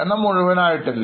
എന്നാൽമുഴുവൻ ആയിട്ടില്ല